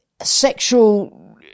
sexual